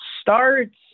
starts